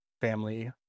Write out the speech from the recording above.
family